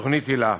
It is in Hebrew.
לתוכנית היל"ה.